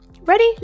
Ready